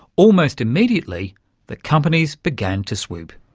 almost immediately the companies began to swoop.